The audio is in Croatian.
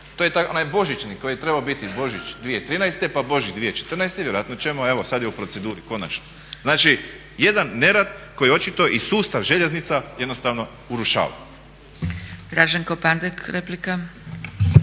to je onaj božićni koji je trebao biti Božić 2013., pa Božić 2014., vjerojatno ćemo, evo sada je u proceduri konačno. Znači jedan nerad koji očito i sustav željeznica jednostavno urušava.